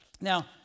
Now